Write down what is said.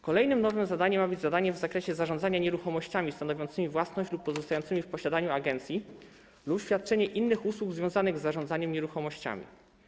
Kolejnym nowym zadaniem ma być zadanie w zakresie zarządzania nieruchomościami stanowiącymi własność lub pozostającymi w posiadaniu agencji lub świadczenia innych usług związanych z zarządzaniem nieruchomościami.